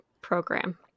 program